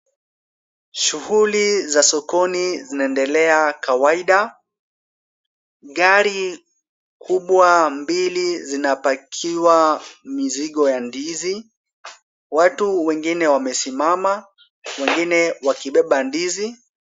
Shughuli za sokoni zinaendelea kawaida. Gari kubwa mbili zinapakiwa mizigo ya ndizi. Watu wengine wamesimama, wengine wakibeba ndizi.